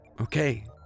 Okay